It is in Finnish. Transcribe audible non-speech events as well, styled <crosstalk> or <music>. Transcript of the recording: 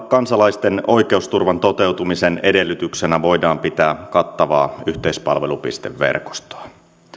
<unintelligible> kansalaisten oikeusturvan toteutumisen edellytyksenä voidaan pitää kattavaa yhteispalvelupisteverkostoa